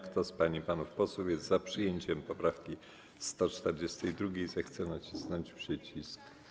Kto z pań i panów posłów jest za przyjęciem poprawki 186., zechce nacisnąć przycisk.